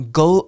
go